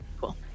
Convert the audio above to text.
Cool